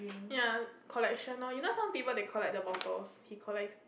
ya collection lor you know some people they collect the motors he collects